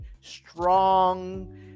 strong